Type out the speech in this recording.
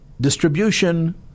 Distribution